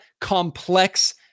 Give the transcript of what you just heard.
complex